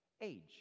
age